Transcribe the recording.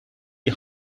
die